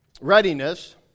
Readiness